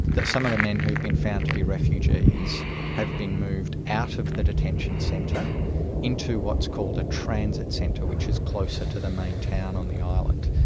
that some of the men who have been found to be refugees have been moved out of the detention centre into what's called a transit centre, which is closer to the main town on the island.